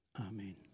Amen